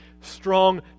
strong